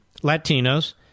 Latinos